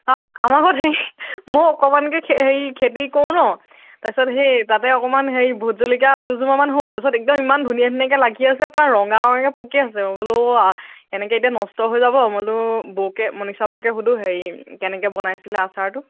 আমাৰ ঘৰত হেই মই অকণমানকৈ হেৰি খেতি কৰোঁ ন' তাৰ পাছত সেই তাতে অকণমান সেই ভোট জলকীয়া দুজোপা মান হ'ল তাৰপাছত একদম ইমান ধুনীয়া ধুনীয়াকৈ লাগি আছে ৰঙা ৰঙাকৈ পকি আছে বোলো অ' এনেকৈ এতিয়া নষ্ট হৈ যাব মই বোলো বৌকে মনীষা বৌকে সোধোঁ হেৰি কেনেকৈ বনাইছিলা আচাৰটো